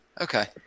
Okay